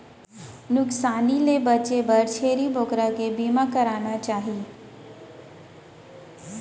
नुकसानी ले बांचे बर छेरी बोकरा के बीमा कराना चाही